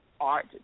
Art